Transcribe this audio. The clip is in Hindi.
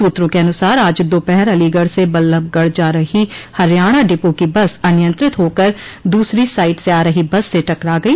सूत्रों के अनुसार आज दोपहर अलीगढ़ से बल्लभगढ़ जा रहो हरियाणा डिपो की बस अनियंत्रित होकर दूसरी साइड से आ रही बस से टकरा गई